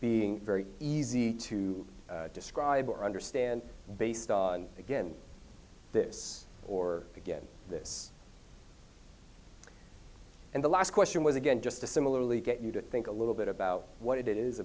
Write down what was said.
being very easy to describe or understand based on again this or again this and the last question was again just to similarly get you to think a little bit about what it is